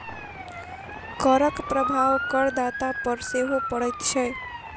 करक प्रभाव करदाता पर सेहो पड़ैत छै